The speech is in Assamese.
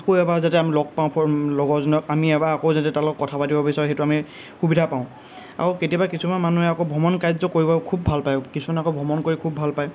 আকৌ এবাৰ যাতে আমি লগ পাওঁ লগৰজনক আমি এবাৰ আকৌ যাতে তাৰ লগত কথা পাতিব বিচাৰোঁ সেইটো আমি সুবিধা পাওঁ আকৌ কেতিয়াবা কিছুমান মানুহে আকৌ ভ্ৰমণ কাৰ্য কৰিব খুব ভাল পায় কিছুমানে আকৌ ভ্ৰমণ কৰি খুব ভাল পায়